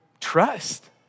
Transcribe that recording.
trust